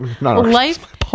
life